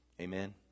Amen